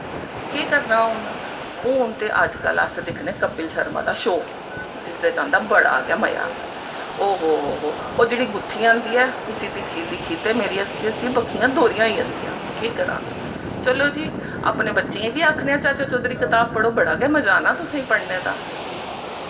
केह् करना हून हून ते अजकल्ल अस दिक्खने कपिल शर्मा दा शो जिसदे च आंदा बड़ा गै मज़ा ओहो हो हो ओह् जेह्ड़ी गुत्थी आंदी ऐ उस्सी दिक्खी दिक्खी हस्सी हस्सी ते मेरियां बक्खियां दोह्रियां होई जंदियां केह् करां चलो जी अपने बच्चें गी बी आखने आं चाचा चौधरी कताब पढ़ो बड़ा गै मज़ा आंना तुसेंगी पढ़ने दा